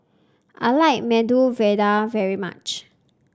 I like Medu Vada very much